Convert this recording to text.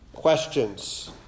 Questions